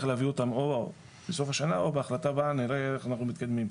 להביא אותם או בסוף השנה או בהחלטה הבאה נראה איך אנחנו מתקדמים.